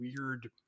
weird